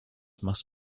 must